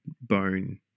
bone